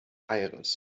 aires